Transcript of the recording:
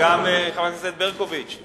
חברת הכנסת ברקוביץ,